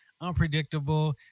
unpredictable